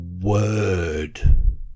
word